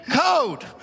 code